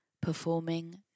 performing